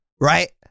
Right